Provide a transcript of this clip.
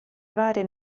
varia